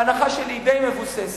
וההנחה שלי היא די מבוססת,